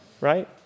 Right